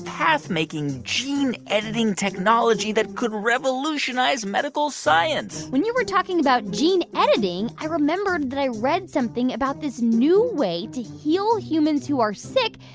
path-making gene editing technology that could revolutionize medical science when you were talking about gene editing, i remembered that i read something about this new way to heal humans who are sick,